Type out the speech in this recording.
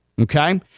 okay